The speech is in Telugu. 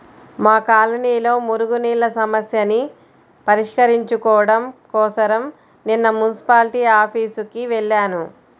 మా కాలనీలో మురుగునీళ్ళ సమస్యని పరిష్కరించుకోడం కోసరం నిన్న మున్సిపాల్టీ ఆఫీసుకి వెళ్లాను